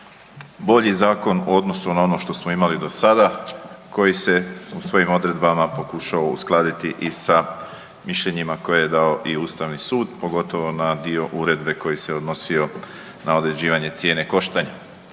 bolji zakon u odnosu na ono što smo imali do sada, koji se u svojim odredbama pokušao uskladiti i sa mišljenjima koje je dao i Ustavni sud, pogotovo na dio uredbe koji se odnosio na određivanje cijene koštanja.